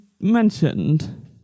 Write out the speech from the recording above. mentioned